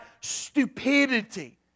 stupidity